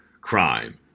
Crime